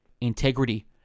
Integrity